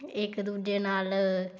ਇੱਕ ਦੂਜੇ ਨਾਲ